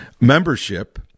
membership